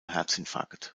herzinfarkt